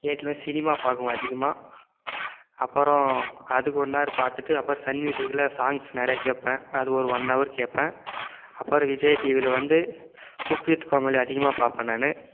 K டிவியில் சினிமா பார்க்குவேன் அதிகமாக அப்புறம் அதுக்கு ஒன் னார் பார்த்துட்டு அப்புறம் சன் மியூசிக்கில் சாங்ஸ் நிறையா கேட்பேன் அது ஒரு ஒன் னவர் கேட்பேன் அப்புறம் விஜய் டிவியில் வந்து குக் வித் கோமாளி அதிகமாக பார்ப்பேன் நான்